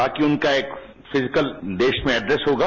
बाकी उनका एक फिजिकल देश में एड्रेस होगा